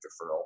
deferral